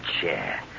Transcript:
chair